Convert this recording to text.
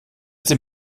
dem